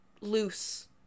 loose